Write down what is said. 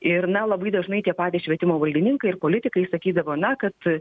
ir na labai dažnai tie patys švietimo valdininkai ir politikai sakydavo na kad